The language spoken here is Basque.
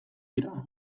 dira